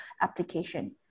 application